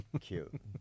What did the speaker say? Cute